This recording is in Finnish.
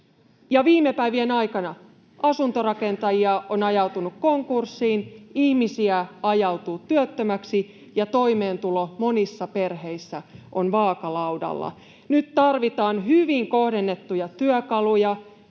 viime päivien aikana asuntorakentajia on ajautunut konkurssiin, ihmisiä ajautuu työttömäksi ja toimeentulo monissa perheissä on vaakalaudalla. Nyt tarvitaan hyvin kohdennettuja työkaluja,